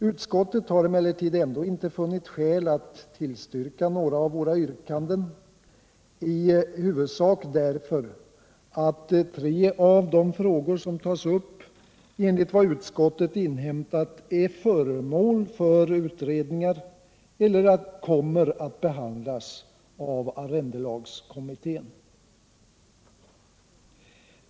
Utskottet har emellertid inte funnit skäl att tillstyrka några av våra yrkanden, huvudsakligen därför att, enligt vad utskottet inhämtat, tre av de frågor som tas upp är föremål för utredningar elier kommer att behandlas av arrendelagskommittén.